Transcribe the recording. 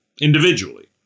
individually